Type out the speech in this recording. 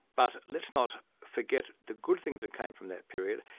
but let's not forget the good things that came from that period,